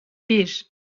bir